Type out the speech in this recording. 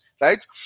right